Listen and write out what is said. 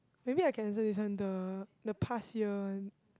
maybe I can answer this one the the past year one